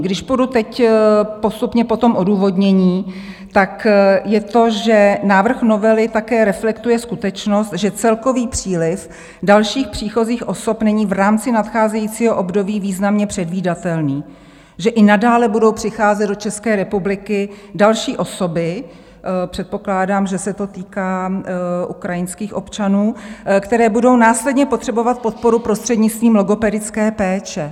Když půjdu teď postupně po tom odůvodnění, tak je to, že návrh novely také reflektuje skutečnost, že celkový příliv dalších příchozích osob není v rámci nadcházejícího období významně předvídatelný, že i nadále budou přicházet do České republiky další osoby, předpokládám, že se to týká ukrajinských občanů, které budou následně potřebovat podporu prostřednictvím logopedické péče.